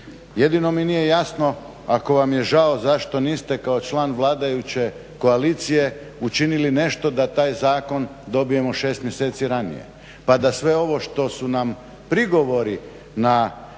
Jedino mi nije jasno, ako vam je žao zašto niste kao član vladajuće koalicije učinili nešto da taj zakon dobijemo 6 mjeseci ranije, pa da sve ovo što su nam prigovori na